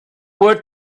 were